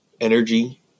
energy